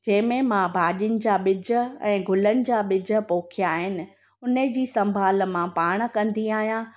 जंहिंमें मां भाॼियुनि जा ॿिज ऐं गुलनि जा ॿिज पोखिया आहिनि उनजी संभाल मां पाण कंदी आहियां